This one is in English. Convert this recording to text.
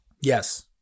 Yes